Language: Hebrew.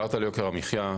דיברת על יוקר המחיה,